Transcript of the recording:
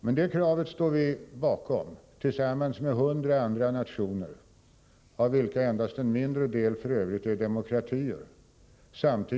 Men det kravet står vi bakom tillsammans med 100 andra nationer, av vilka f.ö. endast en mindre del är demokratier.